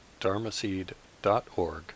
dharmaseed.org